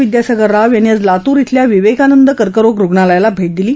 विद्यासागर राव यांनी आज लातूर क्षेल्या विवेकानंद कर्करोग रुग्णालयाला भेट दिली